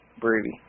Brady